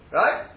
right